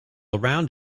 around